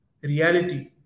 reality